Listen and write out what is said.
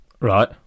Right